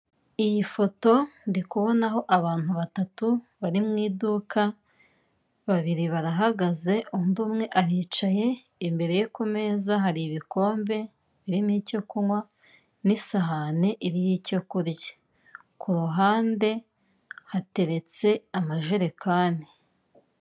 Iyi foto ndi kubonaho abantu batatu bari mu iduka, babiri barahagaze undi umwe aricaye, imbere ye ku meza hari ibikombe birimo icyo kunywa n'isahani iriho icyo kurya, ku ruhande hateretse amajerekani.